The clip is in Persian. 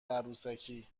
عروسکی